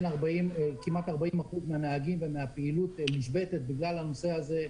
כמעט 40 אחוזים מהנהגים ומהפעילות מושבתת בגלל הנושא הזה.